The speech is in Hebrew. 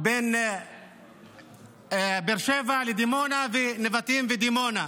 בין באר שבע לדימונה ונבטים ודימונה.